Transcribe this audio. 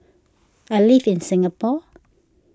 I live in Singapore